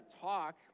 talk